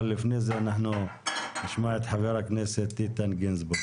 אבל לפני כן נשמע את חבר הכנסת איתן גינזבורג.